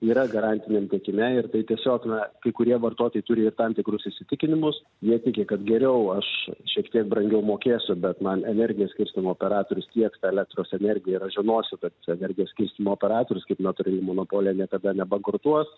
yra garantiniam tiekime ir tai tiesiog na kai kurie vartotojai turi ir tam tikrus įsitikinimus jie tiki kad geriau aš šiek tiek brangiau mokėsiu bet man energijos skirstymo operatorius tieks tą elektros energiją ir aš žinosiu tad energijos skirstymo operatorius kaip natūrali monopolija niekada nebankrutuos